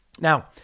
Now